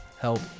help